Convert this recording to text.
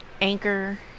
Anchor